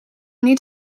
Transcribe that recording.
need